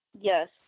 Yes